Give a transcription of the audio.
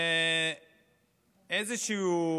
אנחנו באיזשהו